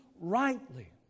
rightly